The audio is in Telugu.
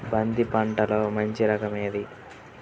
బంతి పంటలో మంచి రకం ఏది?